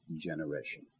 generation